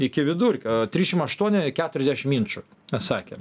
iki vidurkio trisdešim aštuoni keturiasdešim inčų atsakė